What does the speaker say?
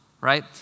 right